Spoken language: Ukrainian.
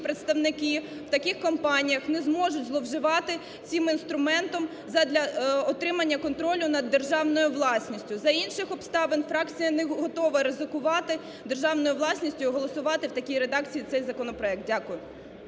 представники в таких компаніях не зможуть зловживати цим інструментом задля отримання контролю над державною власністю. За інших обставин фракція не готова ризикувати державною власністю і голосувати в такій редакції цей законопроект. Дякую.